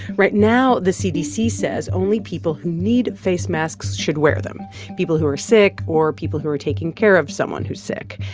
right now, the cdc says only people who need face masks should wear them people who are sick or people who are taking care of someone who's sick.